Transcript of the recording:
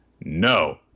no